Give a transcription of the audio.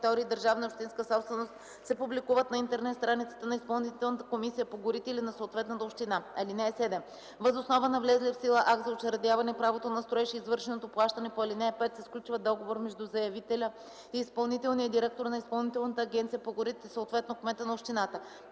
територии – държавна и общинска собственост, се публикуват на интернет страницата на Изпълнителната агенция по горите или на съответната община. (7) Въз основа на влезлия в сила акт за учредяване правото на строеж и извършеното плащане по ал. 5 се сключва договор между заявителя и изпълнителния директор на Изпълнителната агенция по горите, съответно кмета на общината.